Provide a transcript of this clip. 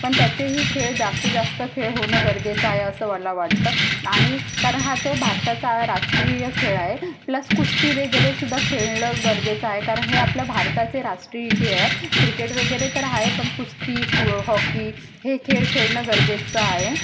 पण त्याचेही खेळ जास्तीत जास्त खेळ होणं गरजेचं आहे असं मला वाटतं आणि कारण हा तो भारताचा राष्ट्रीय खेळ आहे प्लस कुस्ती वगैरेसुद्धा खेळणं गरजेचं आहे कारण हे आपल्या भारताचे राष्ट्रीय खेळ आहे क्रिकेट वगैरे तर आहे पण कुस्ती फु हॉकी हे खेळ खेळणं गरजेचं आहे